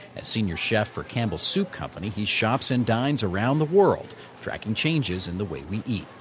as senior chef for campbell soup company, he shops and dines around the world tracking changes in the way we eat.